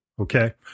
Okay